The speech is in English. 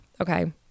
Okay